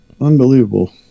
Unbelievable